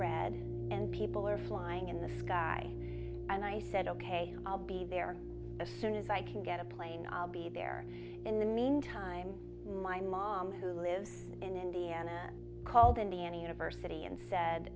red and people are flying in the sky and i said ok i'll be there as soon as i can get a plane i'll be there in the meantime my mom who lives in indiana called indiana university unsaid